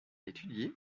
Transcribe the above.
étudié